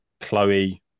Chloe